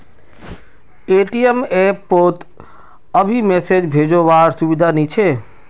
ATM app पोत अभी message भेजो वार सुविधा नी छे